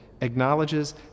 acknowledges